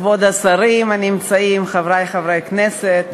כבוד השרים הנמצאים, חברי חברי הכנסת,